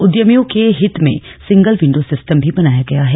उद्यमियों के हित में सिंगल विन्डो सिस्टम भी बनाया गया है